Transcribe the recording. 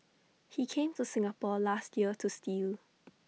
he came to Singapore last year to steal